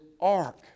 ark